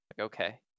okay